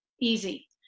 easy